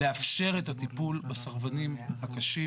לאפשר את הטיפול בסרבנים הקשים,